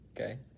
Okay